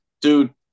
Dude